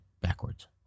backwards